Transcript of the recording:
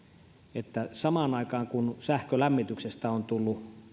että samaan aikaan kun sähkölämmityksestä on tullut